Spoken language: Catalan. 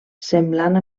semblant